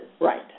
Right